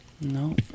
No